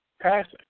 passing